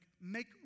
make